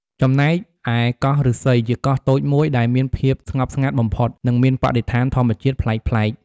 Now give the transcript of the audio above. ចំណែកឯ កោះឫស្សី ជាកោះតូចមួយដែលមានភាពស្ងប់ស្ងាត់បំផុត និងមានបរិស្ថានធម្មជាតិប្លែកៗ។